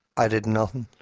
i did nothing.